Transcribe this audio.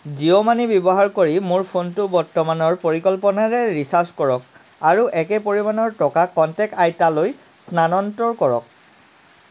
Jio money ব্যৱহাৰ কৰি মোৰ ফোনটো বৰ্তমানৰ পৰিকল্পনাৰে ৰিচাৰ্জ কৰক আৰু একে পৰিমাণৰ টকা কণ্টেক্ট আইতালৈ স্থানান্তৰ কৰক